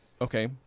Okay